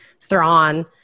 Thrawn